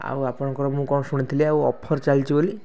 ଆଉ ଆପଣଙ୍କର ମୁଁ କଣ ଶୁଣିଥିଲି ଆଉ ଅଫର୍ ଚାଲିଛି ବୋଲି